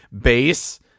base